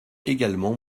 également